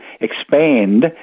expand